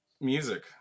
Music